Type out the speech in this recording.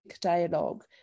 dialogue